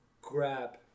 grab